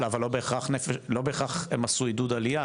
אבל לא בהכרח הם עשו עידוד עלייה,